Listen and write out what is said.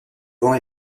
vent